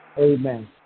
Amen